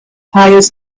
hires